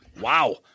Wow